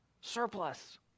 surplus